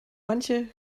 manche